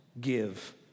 give